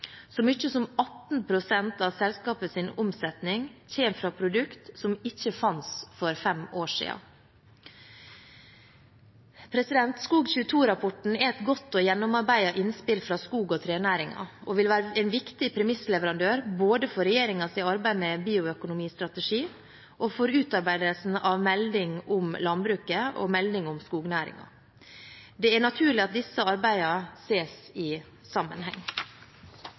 Så mye som 18 pst. av selskapets omsetning kommer fra produkter som ikke fantes for fem år siden. SKOG22-rapporten er et godt og gjennomarbeidet innspill fra skog- og trenæringen og vil være en viktig premissleverandør både for regjeringens arbeid med bioøkonomistrategi og for utarbeidelsen av en melding om landbruket og en melding om skognæringen. Det er naturlig at disse arbeidene ses i sammenheng.